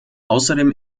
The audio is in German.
außerdem